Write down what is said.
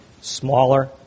smaller